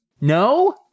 No